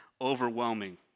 overwhelming